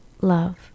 love